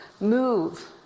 move